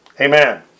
Amen